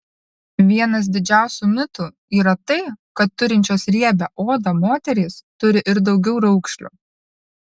vienas didžiausių mitų yra tai kad turinčios riebią odą moterys turi ir daugiau raukšlių